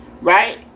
Right